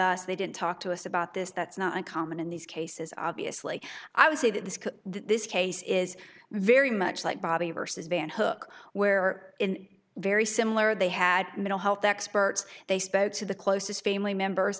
us they didn't talk to us about this that's not uncommon in these cases obviously i would say that the this case is very much like bobby versus van hook where in very similar they had mental health experts they spoke to the closest family members